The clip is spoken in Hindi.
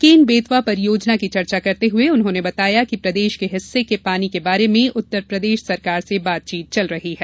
केन बेतवा परियोजना की चर्चा करते हुए उन्होंने बताया कि प्रदेश के हिस्से के पानी के बारे में उत्तरप्रदेश सरकार से बातचीत चल रही है